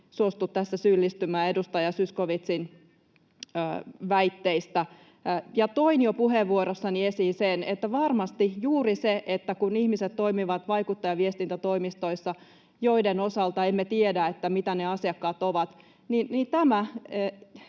suostu syyllistymään edustaja Zyskowiczin väitteistä. Toin jo puheenvuorossani esiin, että varmasti juuri se, että kun ihmiset toimivat vaikuttajaviestintätoimistoissa, joiden osalta emme tiedä, mitä ne asiakkaat ovat, asettaa